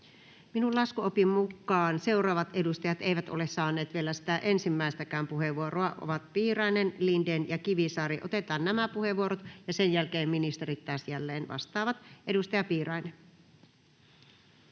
Minun laskuoppini mukaan seuraavat edustajat eivät ole saaneet vielä sitä ensimmäistäkään puheenvuoroa. He ovat Piirainen, Lindén ja Kivisaari. Otetaan nämä puheenvuorot, ja sen jälkeen ministerit taas jälleen vastaavat. — Edustaja Piirainen.